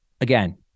again